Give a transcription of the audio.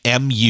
MU